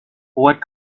what